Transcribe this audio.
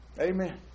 Amen